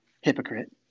Hypocrite